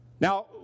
Now